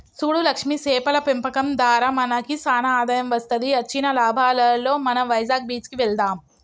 సూడు లక్ష్మి సేపల పెంపకం దారా మనకి సానా ఆదాయం వస్తది అచ్చిన లాభాలలో మనం వైజాగ్ బీచ్ కి వెళ్దాం